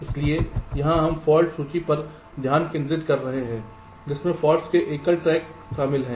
इसलिए यहाँ हम फाल्ट सूची पर ध्यान केंद्रित कर रहे हैं जिसमें फॉल्ट्स में एकल स्टैक शामिल हैं